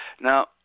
now